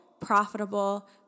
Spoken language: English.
profitable